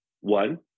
One